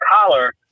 collar